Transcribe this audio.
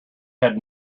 had